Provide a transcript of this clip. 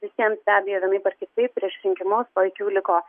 visiems beabejo vienaip ar kitaip prieš rinkimus o iki jų liko